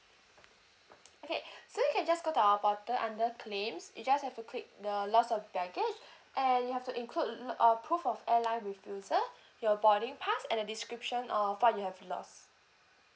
okay so you can just go to our portal under claims you just have to click the lost of baggage and you have to include a proof of airline with user your boarding pass and the description of what you have lost